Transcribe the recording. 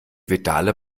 pedale